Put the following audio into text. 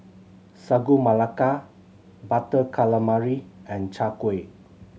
Sagu Melaka Butter Calamari and Chai Kueh